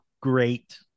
great